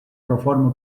reforma